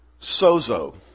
sozo